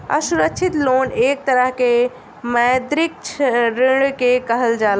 असुरक्षित लोन एक तरह के मौद्रिक ऋण के कहल जाला